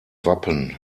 wappen